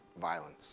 violence